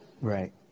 Right